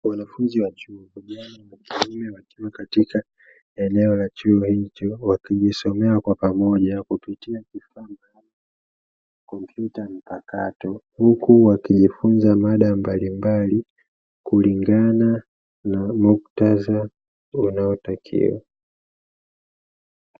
Wanafunzi wa chuo kikuu wakiwa katika eneo la chuo hicho, wakijisomea kwa pamoja kupitia kupitia kompyuta mpakato, huku wakijifunza mada mbalimbali kulingana na muktadha unaotakiwa.